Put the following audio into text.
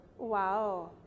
Wow